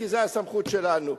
כי זו הסמכות שלנו.